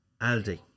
Aldi